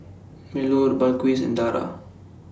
Melur Balqis and Dara